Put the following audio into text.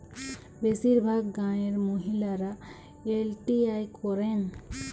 বেশিরভাগ গাঁয়ের মহিলারা এল.টি.আই করেন